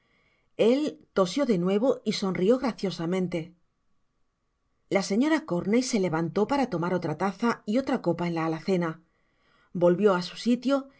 el tosió de nuevo y sonrió graciosamente la señora corney se levantó para tomar otra taza y otra copa en la alacena volvió á su sitio